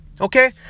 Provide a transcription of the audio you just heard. Okay